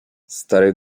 stary